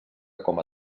coma